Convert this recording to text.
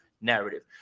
narrative